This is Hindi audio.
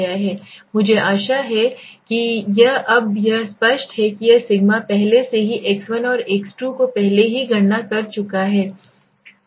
मुझे आशा है कि यह है अब तक यह स्पष्ट है कि यह सिग्मा पहले से ही X1 और x2 को पहले ही गणना कर चुका है